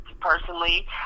personally